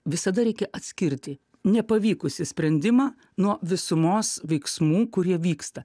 visada reikia atskirti nepavykusį sprendimą nuo visumos veiksmų kurie vyksta